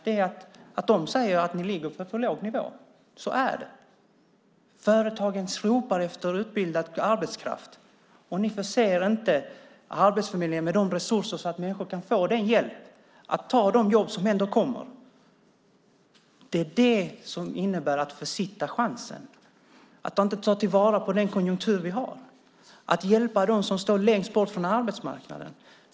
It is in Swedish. De säger nämligen att ni ligger på en för låg nivå. Så är det. Företagen ropar efter utbildad arbetskraft, och ni förser inte Arbetsförmedlingen med resurser så att människor kan få hjälp att ta de jobb som ändå kommer. Det är det som det innebär att försitta chansen - att inte ta till vara den konjunktur vi har och hjälpa dem som står längst bort från arbetsmarknaden.